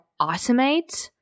automate